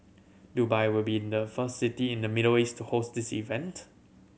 Dubai will be in the first city in the Middle East to host this event